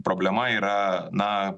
problema yra na